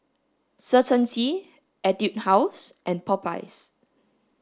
Certainty Etude House and Popeyes